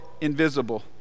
invisible